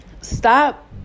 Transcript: stop